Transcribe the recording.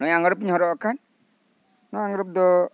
ᱱᱚᱜ ᱚᱭ ᱟᱜᱨᱚᱯ ᱤᱧ ᱦᱚᱨᱚᱜ ᱟᱠᱟᱫ ᱱᱚᱶᱟ ᱟᱜᱨᱚᱯ ᱫᱚ